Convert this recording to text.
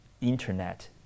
internet